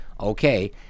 Okay